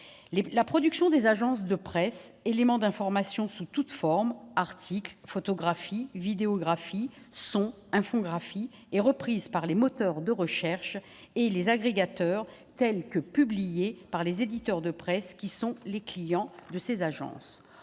La production des agences de presse- les éléments d'information sous toutes les formes, articles, photographies, vidéographies, sons, infographies -est reprise par les moteurs de recherche et les agrégateurs telle qu'elle est publiée par les éditeurs de presse, clients de ces agences.